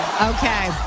Okay